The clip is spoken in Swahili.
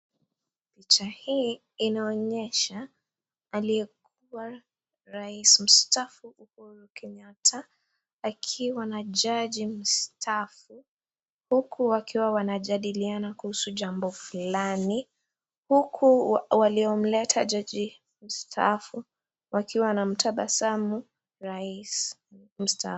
Picha hii inaonyesha aliyekuwa rais mstaafu Uhuru Kenyatta akiwa na jaji mstaafu, huku wakiwa wanajadiliana kuhusu jambo fulani, huku waliomleta jaji mstaafu wakiwa wanamtabasamu rais mstaafu.